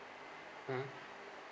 mmhmm